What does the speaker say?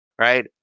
Right